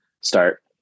start